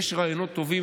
יש רעיונות טובים,